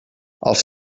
els